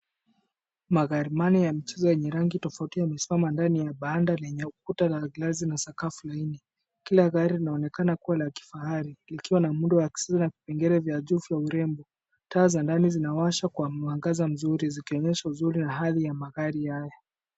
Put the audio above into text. Magari manne ya michezo yenye rangi tofauti yamesimama ndani ya banda lenye ukuta wa glasi na sakafu laini. Kila gari linaonekana kua la kifahari likiwa na muundo wa kisasa na vipengele vya juu vya urembo. Taa za ndani zinawashwa kwa mwangaza mzuri zikionyesha uzuri na hadhi ya magari haya.